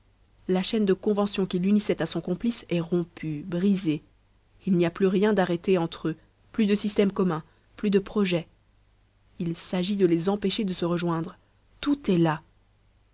la chaîne de convention qui l'unissait à son complice est rompue brisée il n'y a plus rien d'arrêté entre eux plus de système commun plus de projets il s'agit de les empêcher de se rejoindre tout est là